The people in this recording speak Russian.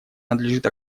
надлежит